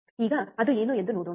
ಈಗ ಅದು ಏನು ಎಂದು ನೋಡೋಣ